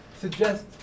suggest